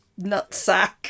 nutsack